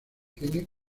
tiene